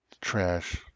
Trash